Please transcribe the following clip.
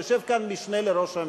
יושב כאן המשנה לראש הממשלה,